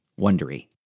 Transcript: Wondery